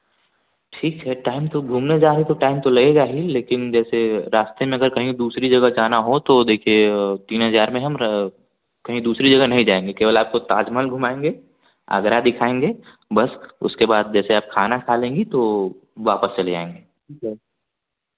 ठीक है टाइम तो घूमने जा रही हैं टाइम तो लगेगा ही लेकिन जैसे रास्ते में कहीं अगर दूसरी जगह जाना हो तो देखिए तीन हज़ार में हम र कहीं दूसरी जगह नहीं जाएँगे केवल आपको ताज महल घुआएँगे आगरा दिखाएँगे बस उसके बाद जैसे आप खाना खा लेंगी तो वापस चले आएँगे ठीक है